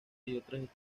estrellas